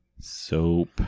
soap